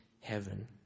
heaven